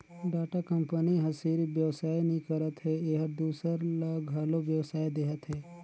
Tata company ह सिरिफ बेवसाय नी करत हे एहर दूसर ल घलो बेवसाय देहत हे